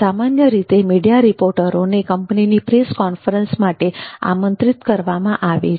સામાન્ય રીતે મીડિયા રિપોર્ટરોને કંપનીની પ્રેસ કોન્ફરન્સ માટે આમંત્રિત કરવામાં આવે છે